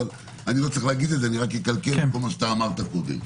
אבל אני לא צריך לומר את זה רק אקלקל מה שאמרת קודם.